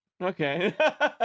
Okay